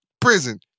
prison